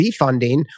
defunding